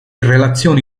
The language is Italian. relazioni